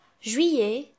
juillet